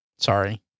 Sorry